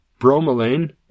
bromelain